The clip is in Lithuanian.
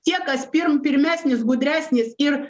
tie kas pirm pirmesnis gudresnis ir